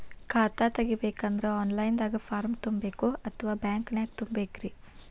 ಖಾತಾ ತೆಗಿಬೇಕಂದ್ರ online ದಾಗ ಫಾರಂ ತುಂಬೇಕೊ ಅಥವಾ ಬ್ಯಾಂಕನ್ಯಾಗ ತುಂಬ ಬೇಕ್ರಿ?